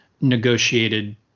negotiated